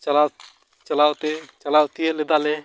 ᱪᱟᱞᱟᱣ ᱪᱟᱞᱟᱣᱛᱮ ᱪᱟᱞᱟᱣ ᱛᱤᱭᱟᱹᱜ ᱞᱮᱫᱟᱞᱮ